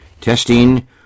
testing